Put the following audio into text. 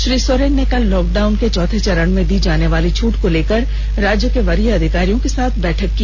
श्री सोरेन ने कल लॉकडाउन के चौथे चरण में दी जाने वाली छूट को लेकर राज्य के वरीय अधिकारियों के साथ बैठक की